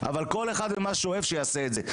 אבל כל אחד מה שאוהב, שיעשה את זה.